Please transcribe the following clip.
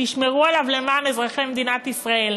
תשמרו עליו למען אזרחי מדינת ישראל.